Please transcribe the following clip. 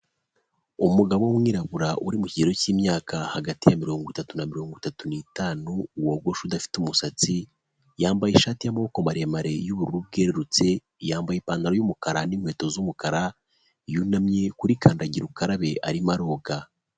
Umugabo w’umwirabura uri mu kigero cy'imyaka hagati ya mirongo itatu na mirongo itatu n'itanu, wogoshe udafite umusatsi, yambaye ishati y'amaboko maremare y'ubururu bwerurutse, yambaye ipantaro y’umukara n’inkweto z'umukara, yunamye kuri kandagira ukarabe arimo aroga.